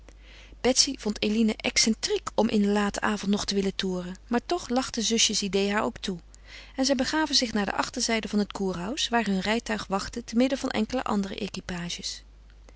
betsy vond eline excentriek om in den laten avond nog te willen toeren maar toch lachte zusjes idée haar ook toe en zij begaven zich naar de achterzijde van het kurhaus waar hun rijtuig wachtte te midden van enkele andere